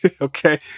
Okay